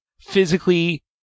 physically